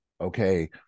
okay